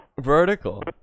Vertical